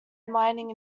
mining